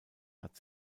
hat